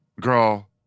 Girl